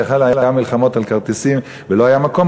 ולכן היו מלחמות על כרטיסים ולא היה מקום,